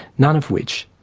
none of which,